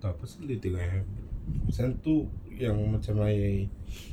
tak listen I punya kata ah pasang tu yang macam I